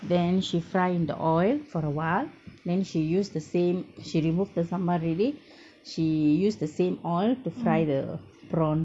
then she fry in the oil for awhile then she used the same she removed the sambal already she used the same oil to fry the prawn